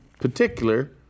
particular